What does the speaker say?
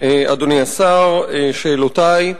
אדוני השר, שאלותי: